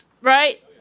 Right